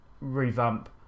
revamp